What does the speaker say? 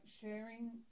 sharing